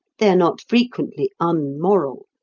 they are not frequently un-moral,